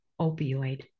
opioid